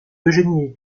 eugénie